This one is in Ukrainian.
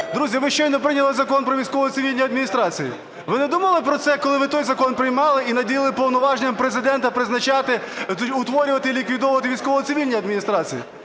Друзі, ви щойно прийняли Закон "Про військово-цивільні адміністрації". Ви не думали про це, коли ви той закон приймали і наділили повноваженням Президента призначати, утворювати і ліквідовувати військово-цивільні адміністрації?